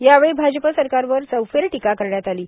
यावेळी भाजप सरकारवर चौफेर टोका करण्यात आलो